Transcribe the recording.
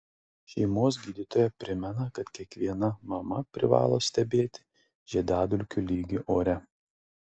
šeimos gydytoja primena kad kiekviena mama privalo stebėti žiedadulkių lygį ore